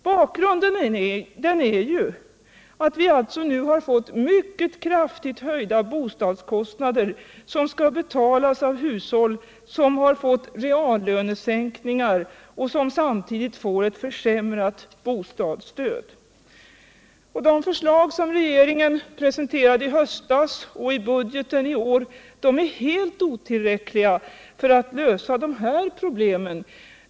Bakgrunden är ju att vi har fått mycket kraftigt höjda bostadskostnader, som skall betalas av hushåll som har fått reallönesänkningar och som samtidigt får ett försämrat bostadsstöd. De förslag som regeringen presenterade i höstas och i budgeten i år är helt otillräckliga för att lösa dessa problem.